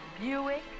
Buick